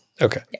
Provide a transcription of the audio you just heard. Okay